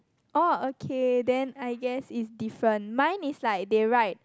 oh okay then I guess it's different mine is like they write